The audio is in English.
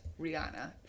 Rihanna